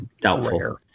doubtful